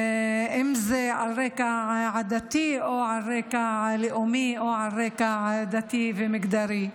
אם זה על רקע עדתי ואם זה על רקע לאומי או על רקע דתי ומגדרי.